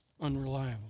unreliable